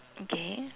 okay